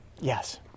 yes